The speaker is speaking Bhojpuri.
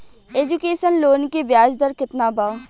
एजुकेशन लोन के ब्याज दर केतना बा?